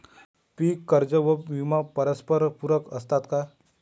पीक कर्ज व विमा परस्परपूरक असतात का?